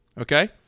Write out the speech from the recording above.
okay